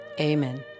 Amen